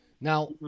Now